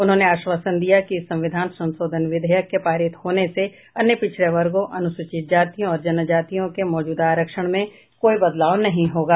उन्होंने आश्वासन दिया कि इस संविधान संशोधन विधेयक के पारित होने से अन्य पिछड़े वर्गों अनुसूचित जातियों और जनजातियों के मौजूदा आरक्षण में कोई बदलाव नहीं होगा